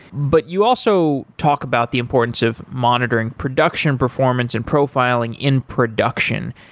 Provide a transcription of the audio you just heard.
but you also talk about the importance of monitoring production performance and profiling in production.